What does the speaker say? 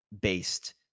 based